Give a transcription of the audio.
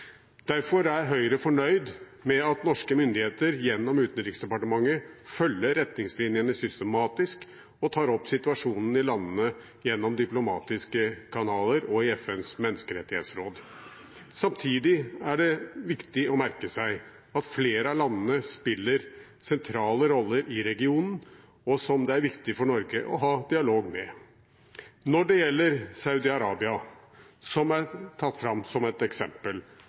Derfor er Høyre fornøyd med at norske myndigheter, gjennom Utenriksdepartementet, følger retningslinjene systematisk og tar opp situasjonen i landene gjennom diplomatiske kanaler og i FNs menneskerettighetsråd. Samtidig er det viktig å merke seg at flere av landene spiller sentrale roller i regionen, som det er viktig for Norge å ha dialog med. Når det gjelder Saudi-Arabia, som er tatt fram som et eksempel,